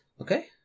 Okay